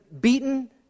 beaten